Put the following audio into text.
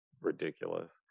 ridiculous